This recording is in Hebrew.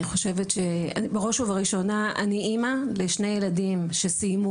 אני חושבת שבראש ובראשונה אני אמא לשני ילדים שסיימו